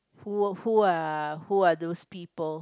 who who are who are those people